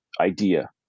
idea